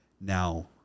Now